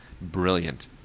brilliant